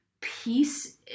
peace